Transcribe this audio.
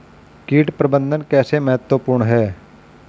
कीट प्रबंधन कैसे महत्वपूर्ण है?